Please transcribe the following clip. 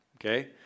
Okay